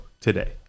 today